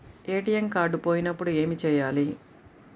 ATM card పోయినప్పుడు ఏమి చేయాలి?